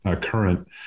current